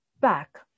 back